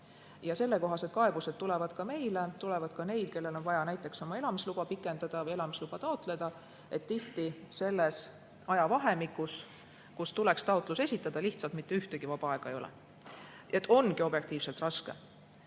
Sellekohased kaebused tulevad ka meile, tulevad ka neilt, kellel on vaja näiteks oma elamisluba pikendada või elamisluba taotleda. Nad nurisevad, et tihti selles ajavahemikus, kus tuleks taotlus esitada, lihtsalt mitte ühtegi vaba aega ei ole. Ongi objektiivselt raske.